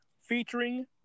featuring